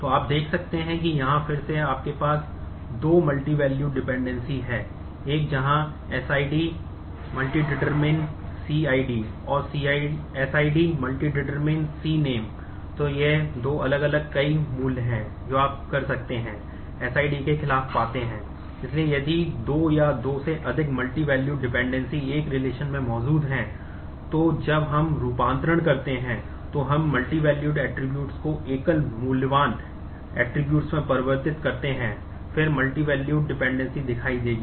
तो आप देख सकते हैं कि यहां फिर से आपके पास 2 मल्टीवैल्यूड डिपेंडेंसीस दिखाई देगी